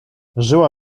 żyła